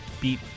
beat